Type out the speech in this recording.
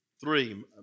three